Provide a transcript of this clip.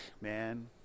man